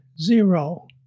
zero